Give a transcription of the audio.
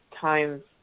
times